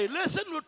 listen